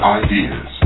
ideas